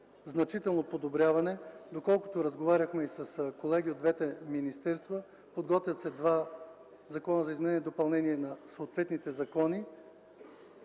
значително подобряване. Доколкото разговаряхме с колеги от двете министерства, подготвят се два закона за изменение и допълнение на съответните закони.